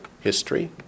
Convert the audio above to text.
history